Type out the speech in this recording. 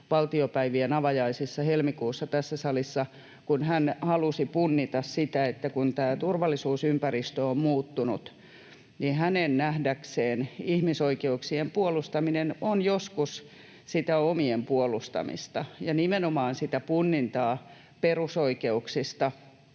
valtiopäivien avajaisissa helmikuussa tässä salissa, kun hän halusi punnita sitä, että kun tämä turvallisuusympäristö on muuttunut, niin hänen nähdäkseen ihmisoikeuksien puolustaminen on joskus sitä omien puolustamista ja nimenomaan sitä punnintaa perusoikeuksista